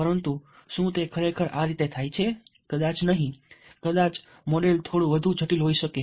પરંતુ શું તે ખરેખર આ રીતે થાય છે કદાચ નહીં કદાચ મોડેલ થોડું વધુ જટિલ હોઈ શકે